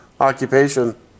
occupation